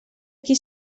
qui